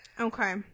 Okay